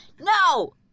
no